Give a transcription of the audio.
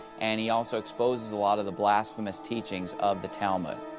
and he also exposes a lot of the blasphemous teachings of the talmud.